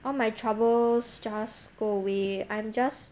all my troubles just go away I'm just